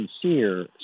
sincere